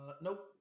Nope